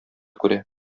күрә